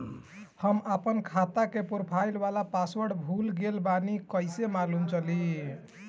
हम आपन खाता के प्रोफाइल वाला पासवर्ड भुला गेल बानी कइसे मालूम चली?